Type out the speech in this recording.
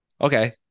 Okay